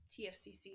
TFCC